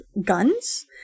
guns